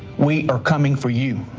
we are coming for you.